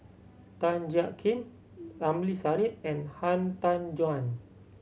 Tan Jiak Kim Ramli Sarip and Han Tan Juan